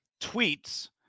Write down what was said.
tweets